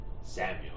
Samuel